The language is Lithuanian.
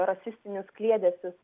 rasistinius kliedesius